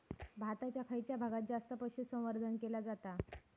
भारताच्या खयच्या भागात जास्त पशुसंवर्धन केला जाता?